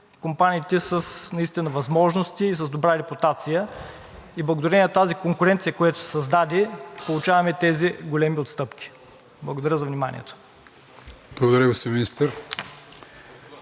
компаниите наистина с възможности и с добра репутация и благодарение на тази конкуренция, която се създаде, получаваме тези големи отстъпки. Благодаря за вниманието. ПРЕДСЕДАТЕЛ АТАНАС